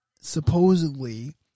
supposedly